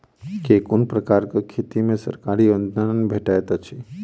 केँ कुन प्रकारक खेती मे सरकारी अनुदान भेटैत अछि?